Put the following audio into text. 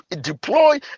deploy